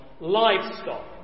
livestock